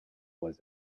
was